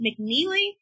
mcneely